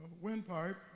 windpipe